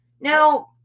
Now